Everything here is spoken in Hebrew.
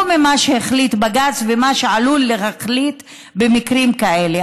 ממה שהחליט בג"ץ ומה שעלול להחליט במקרים כאלה.